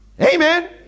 Amen